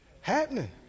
happening